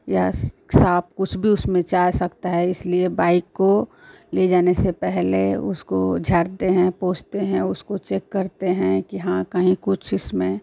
या साँप कुछ भी उसमें जा सकता है इसलिए बाइक़ को ले जाने से पहले उसको झाड़ते हैं पोछते हैं उसको चेक करते हैं कि हाँ कहीं कुछ इसमें